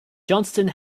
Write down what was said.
johnston